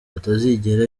atazigera